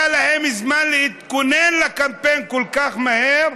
היה להם זמן להתכונן לקמפיין כל כך מהר,